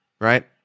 Right